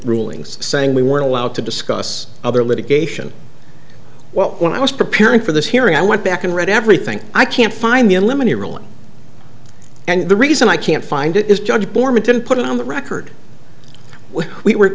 rulings saying we weren't allowed to discuss other litigation well when i was preparing for this hearing i went back and read everything i can't find the eliminator ruling and the reason i can't find it is judge bormann to put it on the record when we were